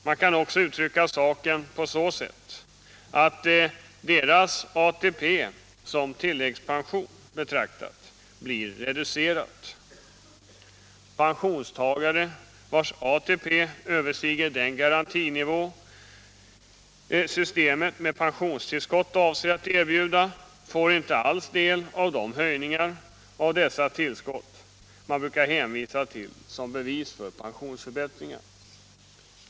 Man kan också uttrycka saken så att pensionärernas ATP som tilläggspension betraktad blir reducerad. Pensionstagare vars ATP överstiger den garantinivå systemet med pensionstillskott avser att erbjuda får inte alls del av de höjningar av dessa tillskott man brukar hänvisa till som bevis för pensionsförbättringar.